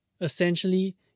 Essentially